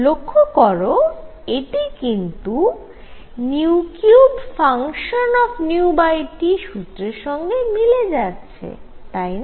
লক্ষ্য করো এটি কিন্তু 3f সুত্রের সঙ্গে মিলে যাচ্ছে তাই না